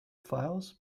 files